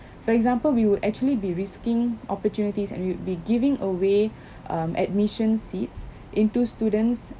for example we would actually be risking opportunities and we'd be giving away um admission seats into students